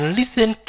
listen